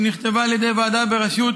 שנכתבה על ידי ועדה בראשות